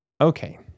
Okay